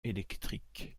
électrique